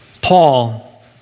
Paul